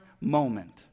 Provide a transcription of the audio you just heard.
moment